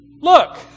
look